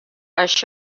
això